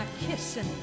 kissing